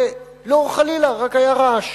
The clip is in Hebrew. לא, חלילה, רק היה רעש.